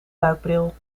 duikbril